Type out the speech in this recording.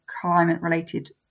climate-related